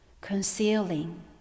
Concealing